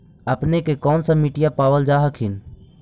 अपने के कौन सा मिट्टीया पाबल जा हखिन?